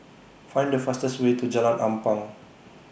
Find The fastest Way to Jalan Ampang